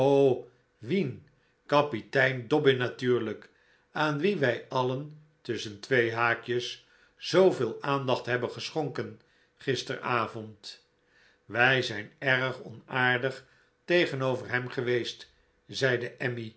wien kapitein dobbin natuurlijk aan wien wij alien tusschen tweehaakjes zooveel aandacht hebben geschonken gisterenavond wij zijn erg onaardig tegenover hern geweest zeide